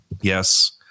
yes